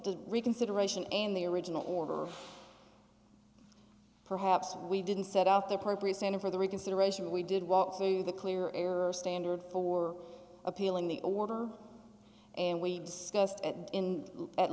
to reconsideration and the original order perhaps we didn't set out there per presenter for the reconsideration we did walk through the clear air standard for appealing the order and we discussed in at